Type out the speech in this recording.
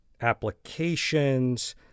applications